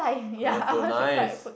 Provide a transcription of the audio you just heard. collect phone nice